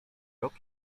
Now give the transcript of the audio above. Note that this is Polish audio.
rok